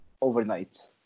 ...overnight